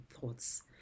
thoughts